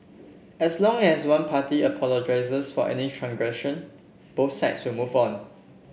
as long as one party apologises for any transgression both sides will move on